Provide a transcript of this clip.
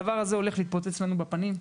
והדבר הזה הולך להתפוצץ לנו בפנים.